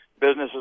businesses